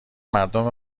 مردم